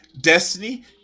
destiny